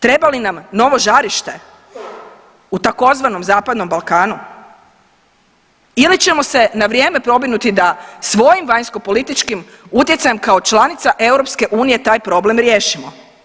Treba li nam novo žarište u tzv. zapadnom Balkanu ili ćemo se na vrijeme pobrinuti da svojim vanjskopolitičkim utjecajem kao članica EU taj problem riješimo?